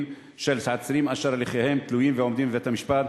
של עצירים אשר הליכיהם תלויים ועומדים בבית-המשפט,